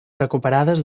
recuperades